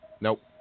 Nope